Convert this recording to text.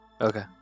Okay